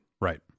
Right